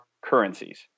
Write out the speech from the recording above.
currencies